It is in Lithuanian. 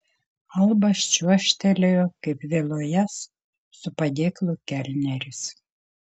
albas čiuožtelėjo kaip vėluojąs su padėklu kelneris